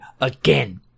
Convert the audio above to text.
again